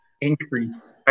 increase